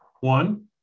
One